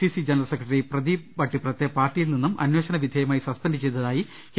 C C general secretary Pradeep വട്ടിപ്രത്തെ പാർട്ടിയിൽ നിന്നും അന്വേഷണ വിധേയമായി സസ്പെന്റ് ചെയ്തതായി കെ